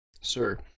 Sir